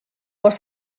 was